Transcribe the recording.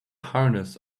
harness